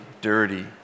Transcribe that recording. dirty